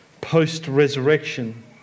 post-resurrection